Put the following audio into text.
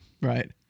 Right